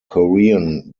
korean